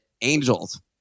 Angels